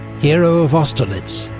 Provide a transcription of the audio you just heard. hero of austerlitz,